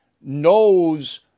knows